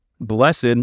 Blessed